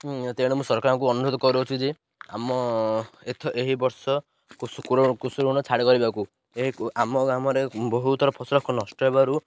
ତେଣୁ ମୁଁ ସରକାରଙ୍କୁ ଅନୁରୋଧ କରୁଛି ଯେ ଆମ ଏହି ବର୍ଷ କୃଷି ଋଣ ଛାଡ଼ କରିବାକୁ ଏହି ଆମ ଗ୍ରାମରେ ବହୁଥର ଫସଲ ନଷ୍ଟ ହେବାରୁ